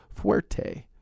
Fuerte